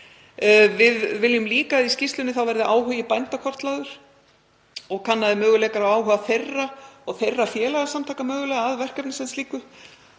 Við viljum líka í skýrslunni að áhugi bænda verði kortlagður og kannaðir möguleikar á áhuga þeirra, og þeirra félagasamtaka mögulega, að verkefni sem slíku